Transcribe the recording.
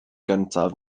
gyntaf